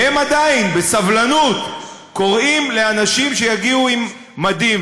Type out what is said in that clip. והם עדיין בסבלנות קוראים לאנשים שיגיעו עם מדים,